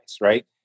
right